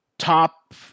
top